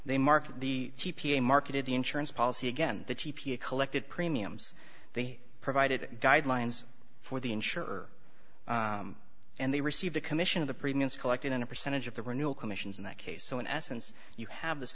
they marked the t p a marketed the insurance policy again the t p collected premiums they provided guidelines for the insurer and they received a commission of the previous collected in a percentage of the renewal commissions in that case so in essence you have this